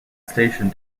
station